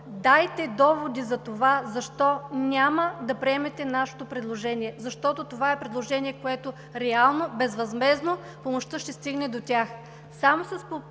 дайте доводи за това защо няма да приемете нашето предложение! Защото това е предложение, с което реално безвъзмездно помощта ще стигне до тях.